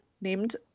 named